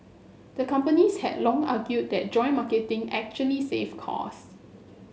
the companies had long argued that joint marketing actually saved cost